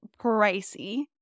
pricey